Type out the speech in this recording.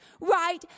right